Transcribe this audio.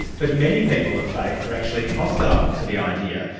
but many people of faith are actually hostile to the idea.